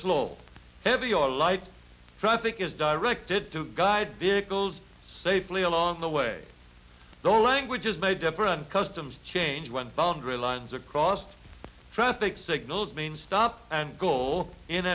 slow heavy or light traffic is directed to guide vehicles safely along the way the language is very different customs change when boundary lines are crossed traffic signals mean stop and go in